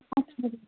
ਅੱਛਾ ਜੀ